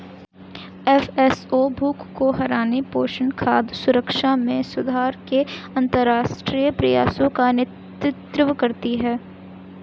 FAO भूख को हराने, पोषण, खाद्य सुरक्षा में सुधार के अंतरराष्ट्रीय प्रयासों का नेतृत्व करती है